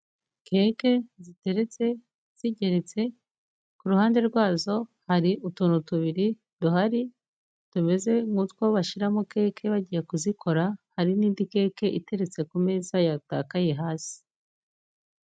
Keke ziteretse zigeretse, ku ruhande rwazo hari utuntu tubiri duhari tumeze nk'utwo bashiramo keke bagiye kuzikora, hari n'indi keke iteretse ku meza yatakaye hasi.